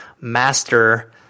master